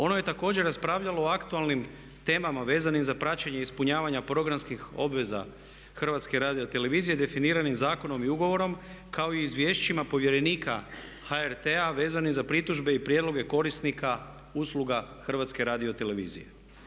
Ono je također raspravljalo o aktualnim temama vezanim za praćenje ispunjavanja programskih obveza HRT-a definiranim zakonom i ugovorom kao i izvješćima povjerenika HRT-a vezanim za pritužbe i prijedloge korisnika usluga HRT-a.